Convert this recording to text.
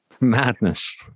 Madness